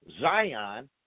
Zion